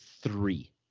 three